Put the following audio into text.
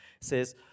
says